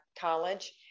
College